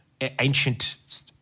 ancient